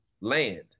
land